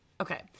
okay